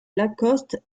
lacoste